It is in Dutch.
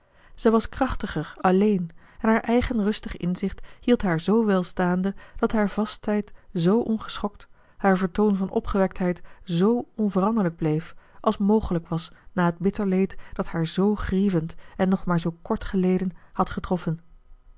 zij was krachtiger alleen en haar eigen rustig inzicht hield haar z wel staande dat haar vastheid zoo ongeschokt haar vertoon van opgewektheid zoo onveranderlijk bleef als mogelijk was na het bitter leed dat haar zoo grievend en nog maar zoo kort geleden had getroffen